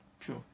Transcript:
Sure